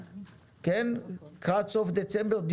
לקראת סוף דצמבר,